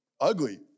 ugly